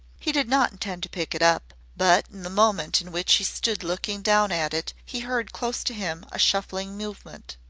he did not intend to pick it up, but in the moment in which he stood looking down at it he heard close to him a shuffling movement.